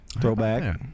throwback